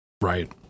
Right